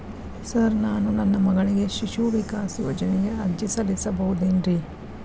Sir ನಾನು ನನ್ನ ಮಗಳಿಗೆ ಶಿಶು ವಿಕಾಸ್ ಯೋಜನೆಗೆ ಅರ್ಜಿ ಸಲ್ಲಿಸಬಹುದೇನ್ರಿ?